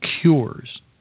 cures